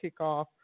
kickoff